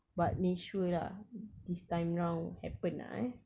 but make sure lah this time round happen lah eh